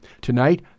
Tonight